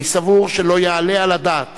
אני סבור שלא יעלה על הדעת